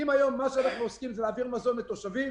אם היום מה שאנחנו עושים זה להעביר מזון לתושבים,